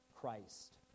Christ